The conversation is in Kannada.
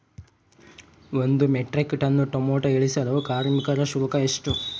ಒಂದು ಮೆಟ್ರಿಕ್ ಟನ್ ಟೊಮೆಟೊ ಇಳಿಸಲು ಕಾರ್ಮಿಕರ ಶುಲ್ಕ ಎಷ್ಟು?